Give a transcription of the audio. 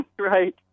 Right